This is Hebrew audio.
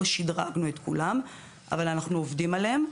לא שדרגנו את כולם אבל אנחנו עובדים עליהם.